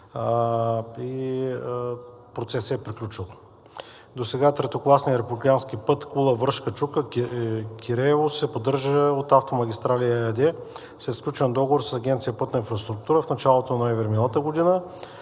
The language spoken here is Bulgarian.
и процесът е приключил. Досега третокласният републикански път Кула – Връшка чука – Киреево се поддържа от „Автомагистрали“ ЕАД след сключен договор с Агенция „Пътна инфраструктура“ в началото на ноември миналата година.